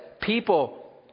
people